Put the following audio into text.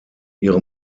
ihre